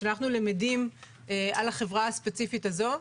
שאנחנו למדים על החברה הספציפית הזו.